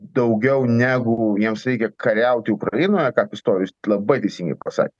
daugiau negu jiems reikia kariauti ukrainoje tą pistorijus labai teisingai pasakė